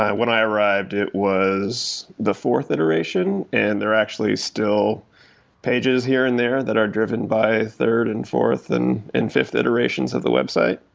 when i arrived it was the fourth iteration and they're actually still pages here and there that are driven by third and fourth and and fifth iterations of the website.